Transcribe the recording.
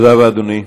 תודה רבה, אדוני.